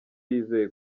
yizeye